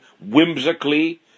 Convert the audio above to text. whimsically